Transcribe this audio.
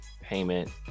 payment